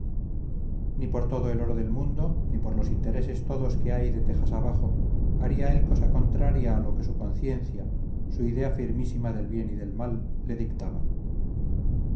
ni por todo el oro del mundo ni por los intereses todos que hay de tejas abajo haría él cosa contraria a lo que su conciencia su idea firmísima del bien y del mal le dictaban